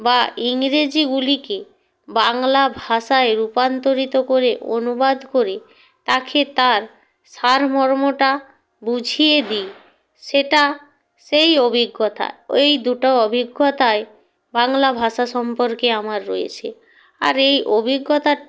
বা ইংরেজিগুলিকে বাংলা ভাষায় রূপান্তরিত করে অনুবাদ করি তাখে তার সারমর্মটা বুঝিয়ে দিই সেটা সেই অভিজ্ঞতা ওই দুটো অভিজ্ঞতাই বাংলা ভাষা সম্পর্কে আমার রয়েছে আর এই অভিজ্ঞতা